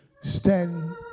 Stand